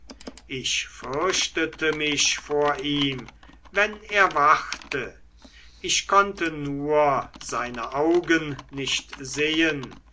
ich fürchtete mich vor ihm wenn er wachte ich konnte nur seine augen nicht sehen